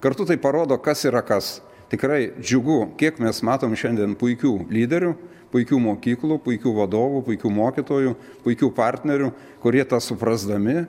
kartu tai parodo kas yra kas tikrai džiugu kiek mes matom šiandien puikių lyderių puikių mokyklų puikių vadovų puikių mokytojų puikių partnerių kurie tą suprasdami